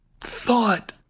thought